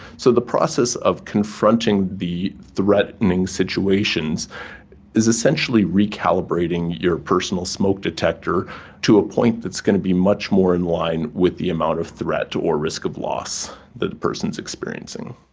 so the process of confronting the threatening situations is essentially recalibrating your personal smoke detector to a point that's going to be much more in line with the amount of threat or risk of loss that a person is experiencing.